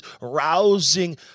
rousing